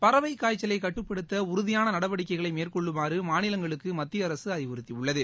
பறவை காய்ச்சலை கட்டுப்படுத்த உறுதியான நடவடிக்கைகளை மேற்கொள்ளுமாறு மாநிலங்களுக்கு மத்திய அரசு அறிவுறுத்தியுள்ளது